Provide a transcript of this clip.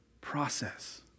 process